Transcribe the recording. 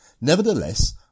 nevertheless